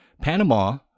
panama